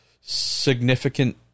significant